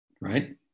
right